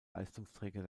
leistungsträger